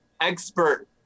expert